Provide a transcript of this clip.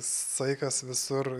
saikas visur